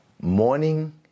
morning